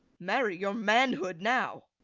marry, your manhood now!